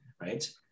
right